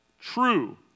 True